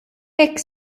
hekk